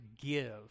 give